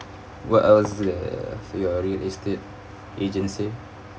what else uh your real estate agent say